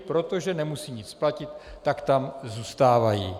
protože nemusí nic platit, tak tam zůstávají.